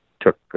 took